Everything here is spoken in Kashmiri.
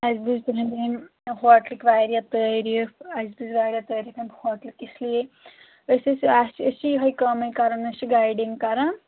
اَسہِ بوٗزۍ تہنٛدۍ أمۍ ہوٹلٕکۍ واریاہ تٲریٖف اَسہِ بُز واریاہ تٲریٖف یِم ہوٹلٕکۍ اس لیے أسۍ ٲسۍ اَسہِ چھِ أسۍ چھِ یِہَے کٲمٕے کَران أسۍ چھِ گایڈِنٛگ کَران